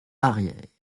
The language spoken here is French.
arrières